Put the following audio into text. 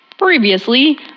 previously